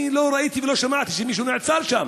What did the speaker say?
אני לא ראיתי ולא שמעתי שמישהו נעצר שם.